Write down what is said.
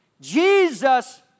Jesus